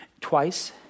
twice